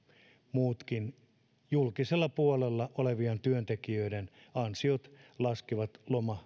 muutkin julkisella puolella olevien työntekijöiden ansiot laskivat